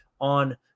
on